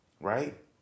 right